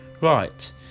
right